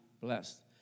blessed